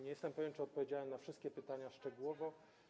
Nie jestem pewien, czy odpowiedziałem na wszystkie pytania szczegółowo.